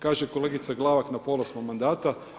Kaže kolegica Glavak na pola smo mandata.